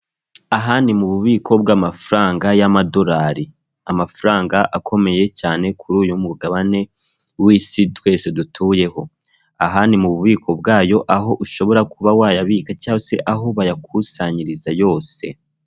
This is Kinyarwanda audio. Aha ni mu bubiko bw'amafaranga y'amadolari. Amafaranga akomeye cyane kuri uyu mugabane w'isi twese dutuyeho, aha ni mu bubiko bwayo aho ushobora kuba wayabika cyangwa aho bayakusanyiriza yose.